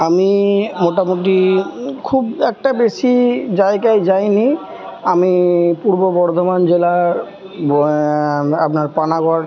আমি মোটামোটি খুব একটা বেশি জায়গায় যাই নি আমি পূর্ব বর্ধমান জেলার আপনার পানাগড়